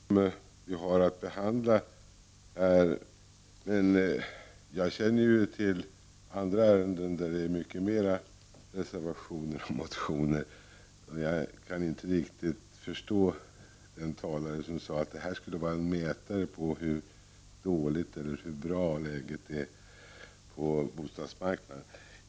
Fru talman! Det är visserligen ett stort antal motioner och reservationer som vi har att behandla, men jag känner till ärenden där det är mycket mer motioner och reservationer. Jag kan därför inte riktigt förstå den talare som sade att detta antal skulle vara en mätare på hur dåligt eller hur bra läget är på bostadsmarknaden.